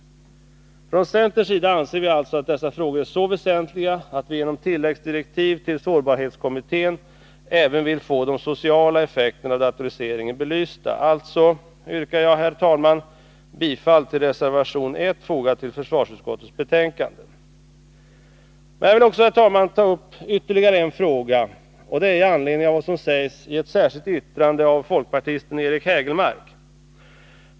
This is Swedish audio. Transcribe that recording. Från centerns sida anser vi alltså dessa frågor så väsentliga att vi genom tilläggsdirektiv till sårbarhetskommittén även vill få de sociala effekterna av datoriseringen belysta. Därför, herr talman, yrkar jag bifall till reservation 1 vid försvarsutskottets betänkande 9. Herr talman! Jag vill också ta upp ytterligare en fråga, i anledning av vad som sägs i ett särskilt yttrande av folkpartisten Eric Hägelmark.